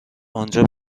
آنجا